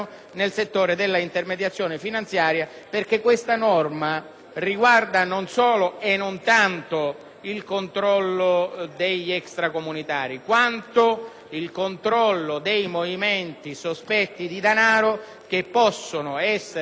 al controllo degli extracomunitari, quanto al controllo dei movimenti sospetti di danaro che possono essere fatti anche da soggetti extracomunitari e che possono essere finalizzati al finanziamento